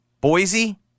Boise